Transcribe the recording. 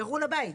ירו על הבית.